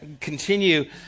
continue